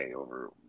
over